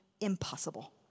impossible